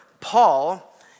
Paul